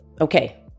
okay